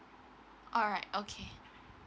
alright okay